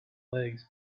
legs